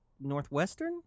northwestern